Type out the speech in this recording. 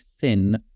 thin